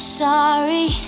sorry